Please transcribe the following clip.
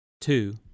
two